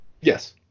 yes